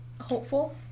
Hopeful